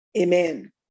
amen